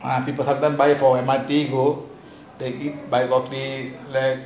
by M_R_T go